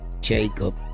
Jacob